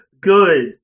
good